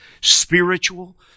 Spiritual